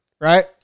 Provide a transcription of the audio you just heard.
right